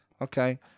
Okay